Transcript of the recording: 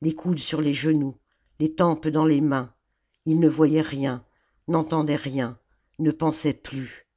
les coudes sur les genoux les tempes dans les mains il ne voyait rien n'entendait rien ne pensait plus